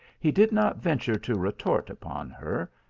he did not venture to retort upon her,